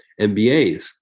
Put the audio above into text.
MBAs